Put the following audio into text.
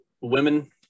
women